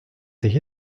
sich